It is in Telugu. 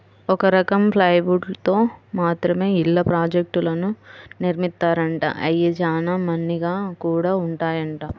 ఒక రకం ప్లైవుడ్ తో మాత్రమే ఇళ్ళ ప్రాజెక్టులను నిర్మిత్తారంట, అయ్యి చానా మన్నిగ్గా గూడా ఉంటాయంట